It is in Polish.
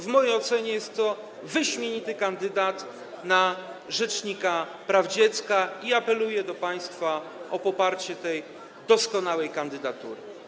W mojej ocenie jest to wyśmienity kandydat na rzecznika praw dziecka i apeluję do państwa o poparcie tej doskonałej kandydatury.